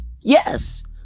Yes